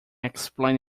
explain